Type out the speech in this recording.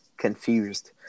confused